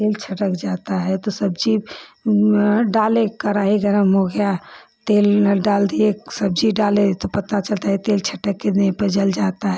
तेल छटक जाता है सब्ज़ी डाले कराही गर्म हो गया तेल डाल दिये सब्ज़ी डाले तो पता चलता है तेल छटक कर देह पर जल जाता है